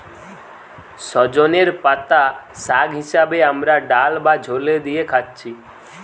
সজনের পাতা শাগ হিসাবে আমরা ডাল বা ঝোলে দিয়ে খাচ্ছি